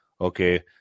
Okay